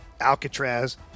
Alcatraz